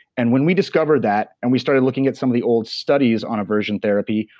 and when we discovered that and we started looking at some of the old studies on aversion therapy,